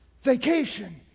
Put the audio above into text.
Vacation